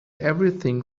everything